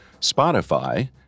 Spotify